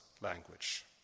language